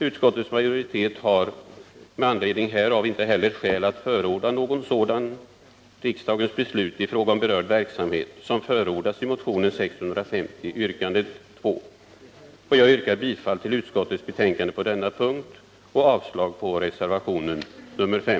Utskottets majoritet har med anledning härav inte heller skäl att förorda något sådant riksdagens beslut i fråga om berörd verksamhet som förordas i motionen 650 yrkande 2. Jag yrkar bifall till utskottets hemställan på denna punkt och avslag på reservationen 5.